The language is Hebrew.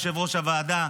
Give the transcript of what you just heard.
יושב-ראש הוועדה,